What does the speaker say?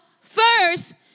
first